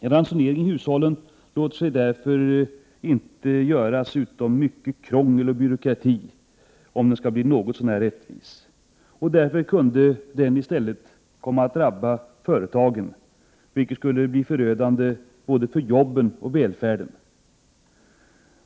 En ransonering av el till hushållen låter sig därför inte göras utan mycket krångel och byråkrati om den skall bli något så när rättvis. Därför kan den i stället komma att drabba företagen, vilket skulle bli förödande både för jobben och välfärden.